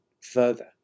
further